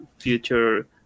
Future